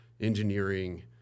engineering